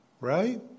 Right